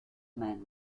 men